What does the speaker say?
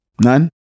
None